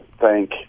thank